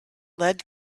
lead